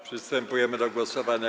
Przystępujemy do głosowania.